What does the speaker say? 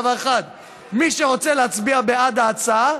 אגיד לך דבר אחד: מי שרוצה להצביע בעד ההצעה,